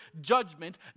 judgment